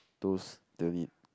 those they will need